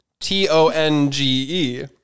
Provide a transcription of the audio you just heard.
T-O-N-G-E